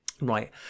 Right